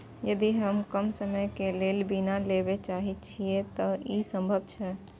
यदि हम कम समय के लेल बीमा लेबे चाहे छिये त की इ संभव छै?